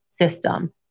system